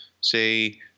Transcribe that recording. say